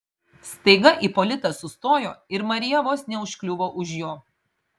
staiga ipolitas sustojo ir marija vos neužkliuvo už jo